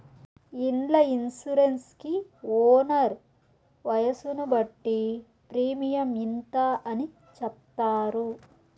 ఇండ్ల ఇన్సూరెన్స్ కి ఓనర్ వయసును బట్టి ప్రీమియం ఇంత అని చెప్తారు